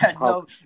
no